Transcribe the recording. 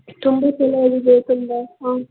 ತುಂಬ ಚೆನ್ನಾಗಿದೆ ತುಂಬ ಹಾಂ